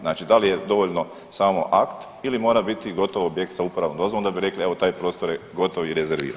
Znači da li je dovoljno samo akt ili mora biti gotov objekt sa uporabnom dozvolom da bi rekli, evo, taj prostor je gotov i rezerviran?